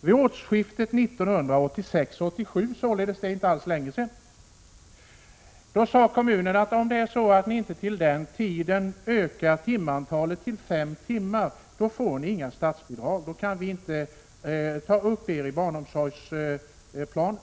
Vid årsskiftet 1986-87, således helt nyligen, sade kommunen: Om ni inte ökar öppettiden till fem timmar per dag får ni inget statsbidrag. Vi kan inte ta med er i barnomsorgsplanen.